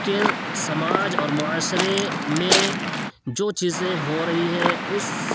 کے سماج اور معاشرے میں جو چیزیں ہو رہی ہیں اس